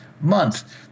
month